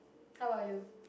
how are you